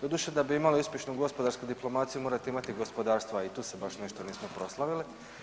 Doduše da bi imali uspješnu gospodarsku diplomaciju morate imati gospodarstvo, a i tu se baš nešto nismo proslavili.